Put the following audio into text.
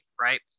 right